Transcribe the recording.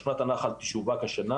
שכונת הנחל תשווק השנה